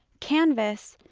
canvas,